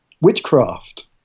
witchcraft